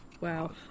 Wow